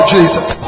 Jesus